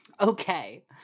Okay